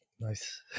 Nice